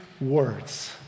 words